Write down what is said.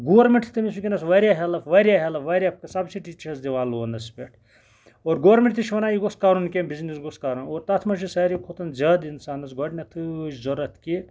گوٚرمینٹَس چھُ تٔمِس ؤنکیٚنس واریاہ ہیلٔپ واریاہ ہیلٔپ واریاہ سَبسِڈی تہِ چھس دِوان لونَس پٮ۪ٹھ اور گرومینٹ تہِ چھُ وَنان یہِ گوٚژھ کَرُن کیٚنٛہہ بِزنِس گوژھ کَرُن اور تَتھ منٛز چھُ ساروے کھۄتہٕ زیادٕ اِنسانَس گۄڈٕنیتھٕے ضوٚرتھ کہِ